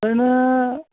ओरैनो